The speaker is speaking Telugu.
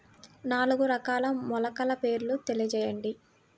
నాలుగు రకాల మొలకల పేర్లు తెలియజేయండి?